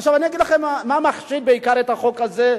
עכשיו אני אגיד לכם מה מחשיד בעיקר את החוק הזה,